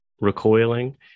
recoiling